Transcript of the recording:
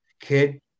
kid